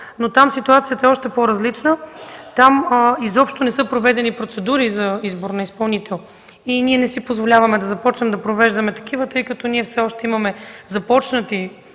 но там ситуацията е по-различна. Там изобщо не са проведени процедури за избор на изпълнител. Ние не си позволяваме да започваме да провеждаме такива, тъй като все още имаме започнати